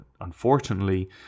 unfortunately